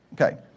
Okay